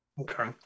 Okay